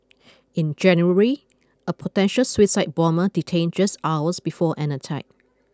in January a potential suicide bomber detained just hours before an attack